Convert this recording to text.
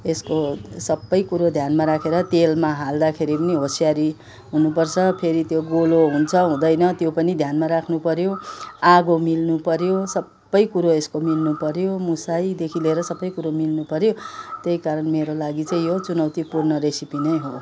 यसको सबै कुरो ध्यानमा राखेर तेलमा हाल्दाखेरि पनि होसियारी हुनु पर्छ फेरि त्यो गोलो हुन्छ हुँदैन त्यो पनि ध्यानमा राख्नु पऱ्यो आगो मिल्नु पऱ्यो सबै कुरो यसको मिल्नु पऱ्यो मुछाइदेखि लिएर सबै कुरो मिल्नु पऱ्यो त्यही कारण मेरो लागि चाहिँ यो चुनौतीपूर्ण रेसिपी नै हो